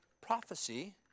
prophecy